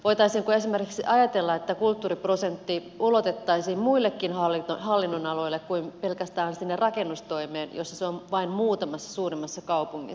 voitaisiinko esimerkiksi ajatella että kulttuuriprosentti ulotettaisiin muillekin hallinnonaloille kuin pelkästään sinne rakennustoimeen jossa se on vain muutamassa suurimmassa kaupungissa